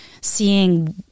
seeing